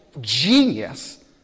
genius